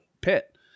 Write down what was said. pit